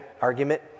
argument